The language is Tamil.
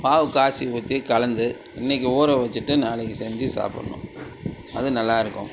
பாவு காய்ச்சி ஊற்றி கலந்து இன்னைக்கு ஊற வச்சிட்டு நாளைக்கு செஞ்சு சாப்புடணும் அது நல்லாருக்கும்